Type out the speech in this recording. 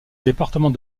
département